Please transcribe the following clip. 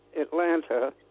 Atlanta